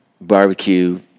barbecue